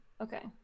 okay